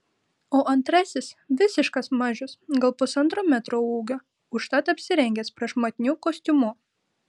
o antrasis visiškas mažius gal pusantro metro ūgio užtat apsirengęs prašmatniu kostiumu